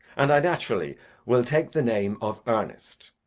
and i naturally will take the name of ernest.